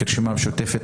כרשימה המשותפת,